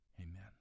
amen